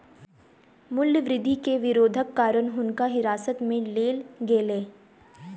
मूल्य वृद्धि के विरोधक कारण हुनका हिरासत में लेल गेलैन